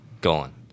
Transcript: gone